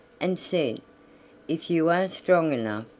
and said if you are strong enough,